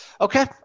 Okay